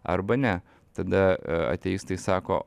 arba ne tada ateistai sako